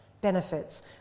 benefits